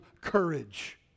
courage